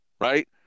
right